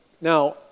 Now